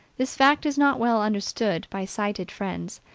this fact is not well understood by sighted friends,